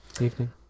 evening